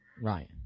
right